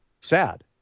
sad